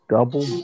Double